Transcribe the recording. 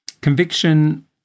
Conviction